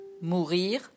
mourir